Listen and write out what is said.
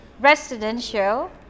Residential